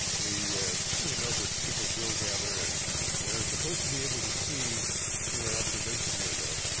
we we know that people will gather. and they are supposed to be able to see through an observation window,